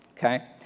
Okay